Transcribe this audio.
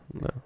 no